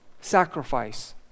Sacrifice